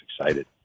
excited